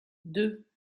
deux